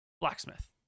Blacksmith